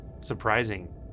surprising